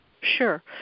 Sure